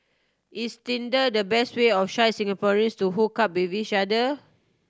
is Tinder the best way of shy Singaporeans to hook up with each other